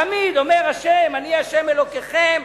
תמיד, אומר ה': אני ה' אלוקיכם,